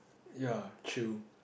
ya chill